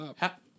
up